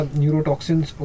neurotoxins